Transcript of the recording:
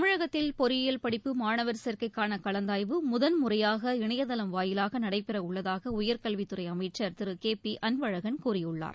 தமிழகத்தில் பொறியியல் படிப்பு மாணவர் சேர்க்கைக்கானகலந்தாய்வு முதன்முறையாக இணையதளம் வாயிலாகநடைபெறவுள்ளதாகஉயர்கல்வித் துறைஅமைச்சர் திருகேபிஅன்பழகன் கூறியுள்ளார்